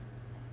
mm